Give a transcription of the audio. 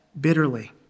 bitterly